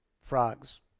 frogs